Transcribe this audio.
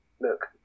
look